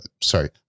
sorry